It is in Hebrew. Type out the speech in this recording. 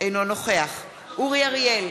אינו נוכח אורי אריאל,